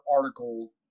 article